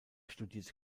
studierte